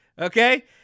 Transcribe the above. Okay